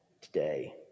today